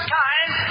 time